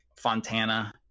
Fontana